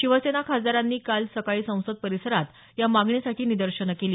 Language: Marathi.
शिवसेना खासदारांनी काल सकाळी संसद परिसरात या मागणीसाठी निदर्शनं केली